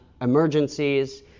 emergencies